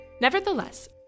Nevertheless